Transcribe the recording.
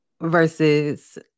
versus